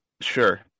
sure